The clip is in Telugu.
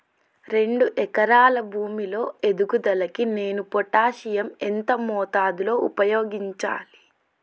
రెండు ఎకరాల భూమి లో ఎదుగుదలకి నేను పొటాషియం ఎంత మోతాదు లో ఉపయోగించాలి?